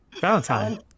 valentine